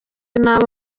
n’abo